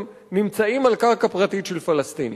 הם נמצאים על קרקע פרטית של פלסטיני.